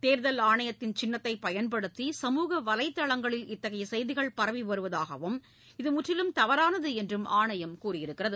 தேர்தல் ஆணையத்தின் சின்னத்தைப் பயன்படுத்தி சமூக வலைதளங்களில் இத்தகைய செய்திகள் பரவி வருவதாகவும் இது முற்றிலும் தவறானது என்றும் ஆணையம் கூறியுள்ளது